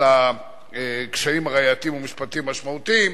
על קשיים ראייתיים ומשפטיים משמעותיים,